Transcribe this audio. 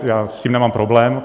Já s tím nemám problém.